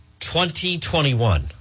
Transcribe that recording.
2021